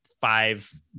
five